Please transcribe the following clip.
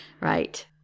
right